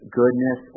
goodness